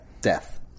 death